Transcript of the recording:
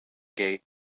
gay